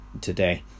today